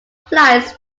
flights